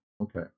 Okay